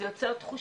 זה יוצר תחושה